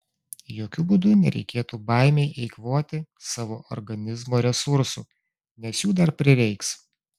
jokiu būdu nereikėtų baimei eikvoti savo organizmo resursų nes jų dar prireiks